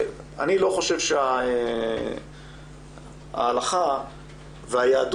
אני לא חושב שההלכה והיהדות,